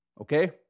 okay